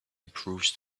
improves